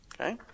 Okay